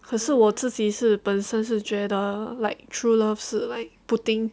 可是我自己是本身是觉得 like true love 是 like putting